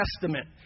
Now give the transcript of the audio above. Testament